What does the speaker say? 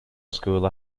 school